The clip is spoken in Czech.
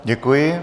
Děkuji.